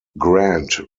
grant